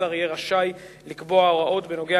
השר יהיה רשאי לקבוע הוראות בנוגע